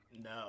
no